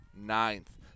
ninth